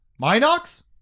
Minox